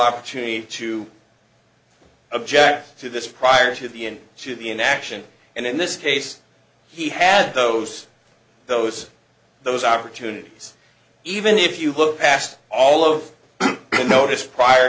opportunity to object to this prior to the end to be an action and in this case he had those those those opportunities even if you look past all of notice prior